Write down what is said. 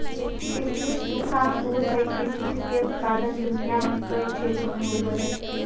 किसमिस सूखा अंगूर हइ किसमिस के उत्पादन दुनिया के कई क्षेत्र में होबैय हइ